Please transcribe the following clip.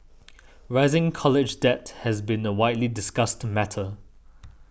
rising college debt has been a widely discussed matter